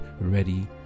ready